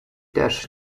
też